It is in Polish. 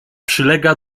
przylega